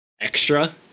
extra